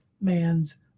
man's